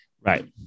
Right